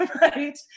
Right